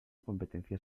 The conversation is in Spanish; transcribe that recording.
competencia